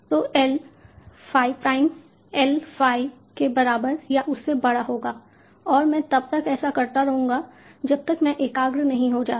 तो L phi prime L phi के बराबर या उससे बड़ा होगा और मैं तब तक ऐसा करता रहूंगा जब तक मैं एकाग्र नहीं हो जाता